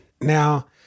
Now